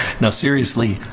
no, seriously,